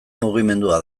mugimendua